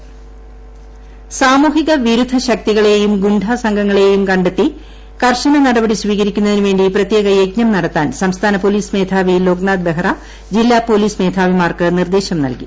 ലോകനാഥ് ബെഹ്റ സാമൂഹിക വിരുദ്ധശക്തികളെയും ഗുണ്ടാസംഘങ്ങളെയും കണ്ടെത്തി കർശന നടപടി സ്വീകരിക്കുന്നതിന് വേണ്ടി പ്രത്യേക യജ്ഞം നടത്താൻ സംസ്ഥാന പോലീസ് മേധാവി ലോകനാഥ് ബെഹ്റ ജില്ലാ പോലീസ് മേധാവിമാർക്ക് നിർദ്ദേശം നൽകി